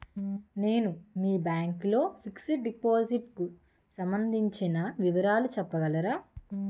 నేను మీ బ్యాంక్ లో ఫిక్సడ్ డెపోసిట్ కు సంబందించిన వివరాలు చెప్పగలరా?